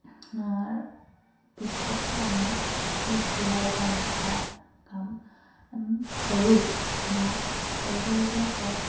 পিছতহে আমি এই চিলাই বা গোঁঠাৰ কাম কৰোঁ বা কৰিবলগীয়া হয়